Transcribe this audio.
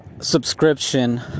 subscription